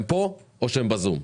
הם פה או בזום?